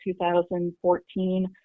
2014